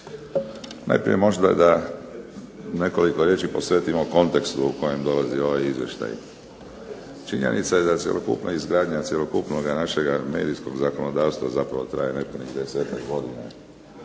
Najprije možda da nekoliko riječi posvetimo kontekstu u kojem dolazi ovaj izvještaj. Činjenica je da cjelokupna izgradnja cjelokupnoga našega medijskoga zakonodavstva zapravo traje nepunih 10-ak godina